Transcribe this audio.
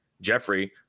Jeffrey